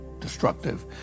destructive